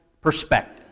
perspective